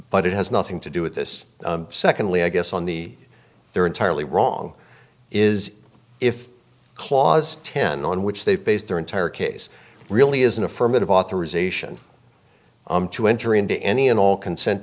but it has nothing to do with this secondly i guess on the they're entirely wrong is if clause ten on which they've based their entire case really is an affirmative authorization to enter into any and all consent